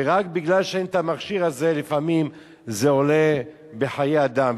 ורק בגלל שאין המכשיר הזה לפעמים זה עולה בחיי אדם.